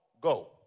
go